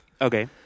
Okay